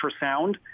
ultrasound